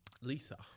Lisa